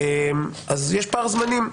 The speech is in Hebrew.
יש פער זמנים.